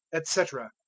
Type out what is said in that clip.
etc.